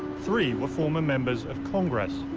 three were former members of congress.